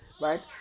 Right